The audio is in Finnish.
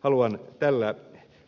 haluan tällä